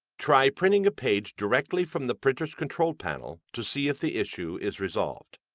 try printing a page directly from the printer's control panel to see if the issue is resolved.